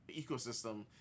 ecosystem